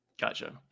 Gotcha